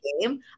game